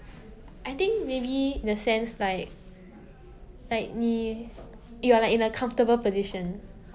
I think maybe in a sense like like 你 you are in like a comfortable position